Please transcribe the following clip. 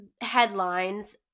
headlines